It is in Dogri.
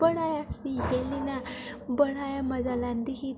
बड़ा हस्सियै खेढियै उंदे नै बड़ा गै मजा लैन्नीं